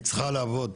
היא צריכה לעבוד,